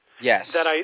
Yes